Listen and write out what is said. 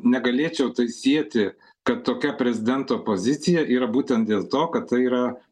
negalėčiau tai sieti kad tokia prezidento pozicija yra būtent dėl to kad tai yra